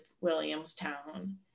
williamstown